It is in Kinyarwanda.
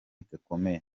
gakomeye